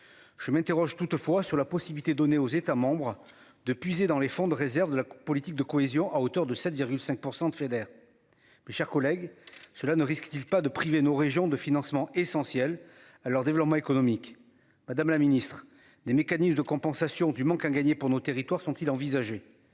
Je m'interroge toutefois sur la possibilité donnée aux États membres de puiser dans les fonds de réserve de la politique de cohésion à hauteur de 7,5% de fédère. Mes chers collègues, cela ne risque-t-il pas de priver nos régions de financement essentiels à leur développement économique, madame la Ministre des mécanismes de compensation du manque à gagner pour nos territoires sont-ils envisager.